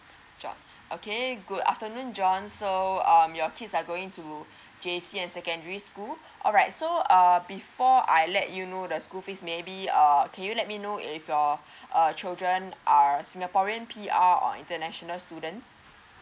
john okay good afternoon john so um your kids are going to J_C and secondary school alright so uh before I let you know the school fees maybe err can you let me know if your uh children are singaporean P_R or international students